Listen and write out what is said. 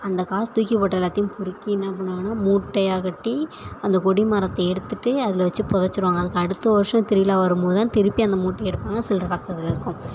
அந்த காசு தூக்கி போட்டு எல்லாத்தையும் பொறுக்கி என்ன பண்ணுவாங்கன்னா மூட்டையாக கட்டி அந்த கொடி மரத்தை எடுத்துட்டு அதில் வெச்சி பொதைச்சிருவாங்க அதுக்கு அடுத்த வருஷம் திருவிழா வரும்போது தான் திருப்பி அந்த மூட்டையை எடுப்பாங்க சில்லர காசு அதில் இருக்கும்